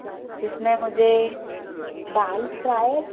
जिस में मुझे दाल फ़्राई